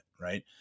Right